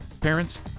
Parents